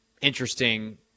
interesting